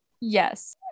Yes